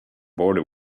border